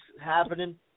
happening